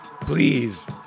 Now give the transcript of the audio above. Please